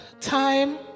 time